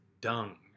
dung